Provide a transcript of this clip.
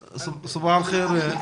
בבקשה.